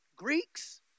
Greeks